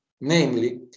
namely